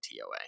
TOA